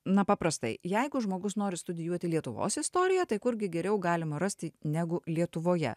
na paprastai jeigu žmogus nori studijuoti lietuvos istoriją tai kurgi geriau galima rasti negu lietuvoje